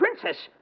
princess